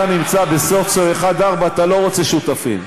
אתה נמצא בסוציו 1 4 אתה לא רוצה שותפים,